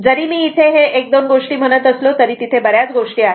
जरी मी हे 1 2 गोष्टी म्हणत असलो तरी तिथे बऱ्याच गोष्टी आहे